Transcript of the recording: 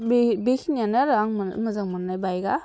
बेखिनिआनो आरो आं मोजां मोननाय बाइकआ